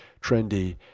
trendy